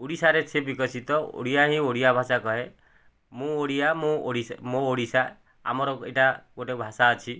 ଓଡ଼ିଶାରେ ସେ ବିକଶିତ ଓଡ଼ିଆ ହିଁ ଓଡ଼ିଆ ଭାଷା କହେ ମୁଁ ଓଡ଼ିଆ ମୋ ଓଡ଼ିଶା ଆମର ଏଇଟା ଗୋଟେ ଭାଷା ଅଛି